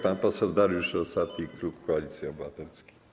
Pan poseł Dariusz Rosati, klub Koalicji Obywatelskiej.